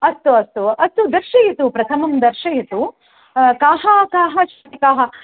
अस्तु अस्तु अस्तु दर्शयतु प्रथमं दर्शयतु काः काः शाटिकाः